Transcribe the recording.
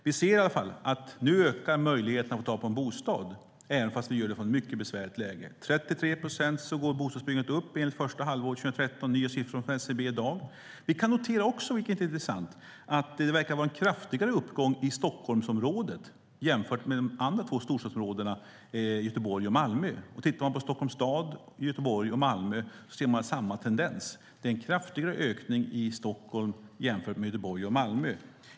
Vi ser i alla fall att möjligheterna att få tag på en bostad nu ökar, fast vi gör det från ett mycket besvärligt läge. Bostadsbyggandet går upp med 33 procent det första halvåret 2013 enligt nya siffror från SCB i dag. Vi kan också notera, vilket är intressant, att det verkar vara en kraftigare uppgång i Stockholmsområdet jämfört med de andra två storstadsområdena, Göteborg och Malmö. Tittar man på Stockholms stad, Göteborg och Malmö ser man samma tendens. Det är en kraftigare ökning i Stockholm jämfört med Göteborg och Malmö.